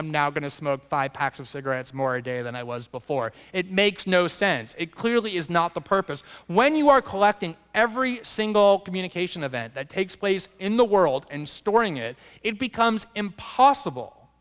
i'm now going to smoke five packs of cigarettes more a day than i was before it makes no sense it clearly is not the purpose when you are collecting every single communication event that takes place in the world and storing it it becomes impossible